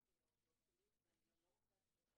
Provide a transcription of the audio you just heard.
של העובדות שלי ואני גם לא רוצה שתבוא